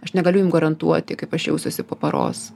aš negaliu jum garantuoti kaip aš jausiuosi po paros